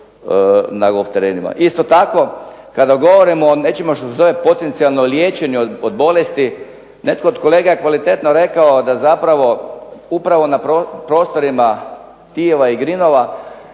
na golf terenima. Isto tako, kada govorimo o nečemu što se zove potencijalno liječenje od bolesti netko od kolega je kvalitetno rekao da zapravo upravo na prostorima .../Govornik